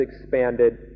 expanded